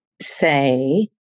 say